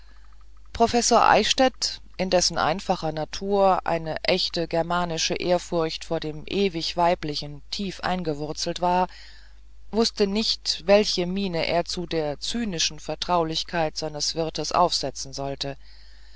professor eichstädt in dessen einfacher natur eine echt germanische ehrfurcht vor dem ewig weiblichen tief eingewurzelt war wußte nicht welche miene er zu der zynischen vertraulichkeit seines wirtes aufsetzen sollte